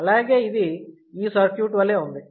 అలాగే ఇది ఈ సర్క్యూట్ వలె ఉంది